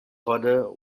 father